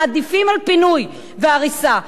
העדיפים על פינוי והריסה,